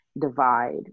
divide